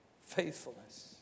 Faithfulness